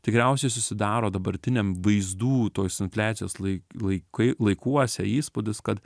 tikriausiai susidaro dabartiniam vaizdų tos infliacijos lai laikai laikuose įspūdis kad